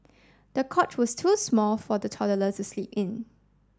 the cot was too small for the toddlers to sleep in